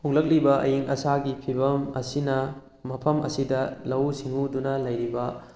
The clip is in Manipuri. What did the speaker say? ꯍꯣꯡꯂꯛꯂꯤꯕ ꯑꯏꯡ ꯑꯁꯥꯒꯤ ꯐꯤꯕꯝ ꯑꯁꯤꯅ ꯃꯐꯝ ꯑꯁꯤꯗ ꯂꯧꯎ ꯁꯤꯡꯎꯗꯨꯅ ꯂꯩꯔꯤꯕ